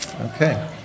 Okay